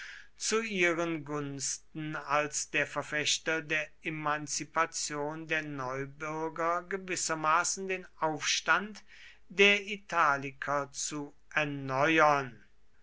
zu ihren gunsten als der verfechter der emanzipation der neubürger gewissermaßen den aufstand der italiker zu erneuern